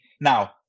Now